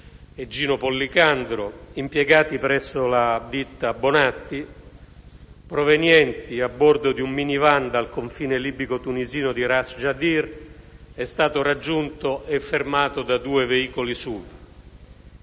Gino Pollicardo, impiegati presso la ditta Bonatti, provenienti a bordo di un minivan dal confine libico-tunisino di Ras Agedir, è stato raggiunto e fermato da due veicoli SUV.